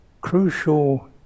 crucial